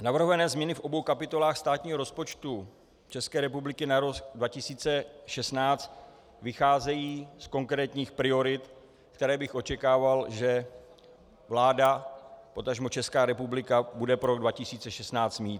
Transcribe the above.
Navrhované změny v obou kapitolách státního rozpočtu České republiky na rok 2016 vycházejí z konkrétních priorit, které bych očekával, že vláda, potažmo Česká republika, bude pro rok 2016 mít.